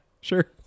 sure